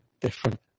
different